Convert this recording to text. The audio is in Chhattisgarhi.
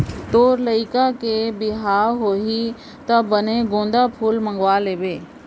तोर लइका के बिहाव होही त बने गोंदा फूल मंगवा लेबे